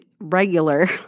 regular